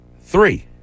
Three